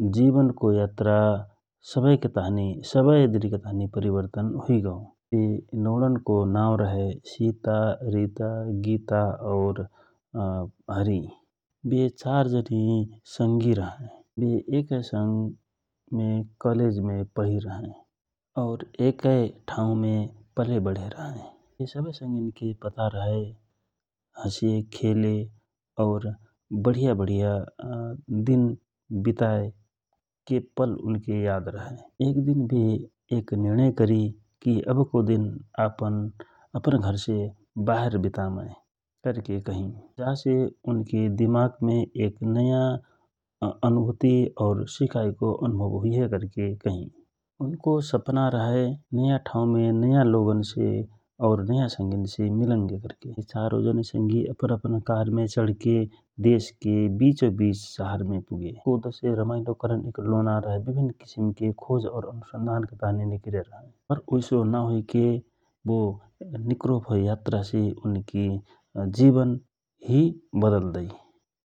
जिवनको यात्रा सबय दिनके ताँहि परवर्तन हुइगौ । वे लौडनको नाम रहए सिता, गिता, रिता और हरी बे चार जनि संगि रहए बे एकए संग मे कलेमे पढि रहए और एक ठाउमे पले बढे रहए, जे सवय संगिके पता रहए । हँसे खेले और वढिया बढिया दिन वितायके पल उनके याद रहए । एक दिन बे एक निर्णाय करि अव को दिन आपन घरसे वाहेर वितामय करके कहि जा से उनके दिमागमे नयाँ अनुभुति और सिखाइको अनुभव हुइहए करके कहि उनको सपना रहए नयाँ ठाउमे नयाँ लोगनसे और नयाँ संगिनसे मिलंगे करके बे चारौ जनि संगि अपन अपन कारमे चढके देशके विचौ विच शहरमे पुगे उनको उद्देश्य रमाइलो करन इकल्लो नरहए विभिन्न किसिमके खोज और अनुसन्धानके ताँहि निकरे रहएँ और वीसो ना हुइके निकरो भाव यात्रासे उनको जिवन हि वदल दै ।